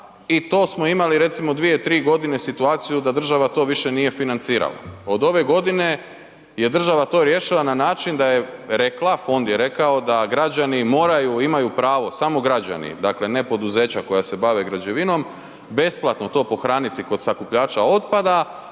i to smo imali recimo 2, 3 godine situaciju da država to više nije financirala. Od ove godine je država to riješila na način da je rekla, fond je rekao da građani moraju, imaju pravo, samo građani, dakle ne poduzeća koja se bave građevinom besplatno to pohraniti kod sakupljača otpada,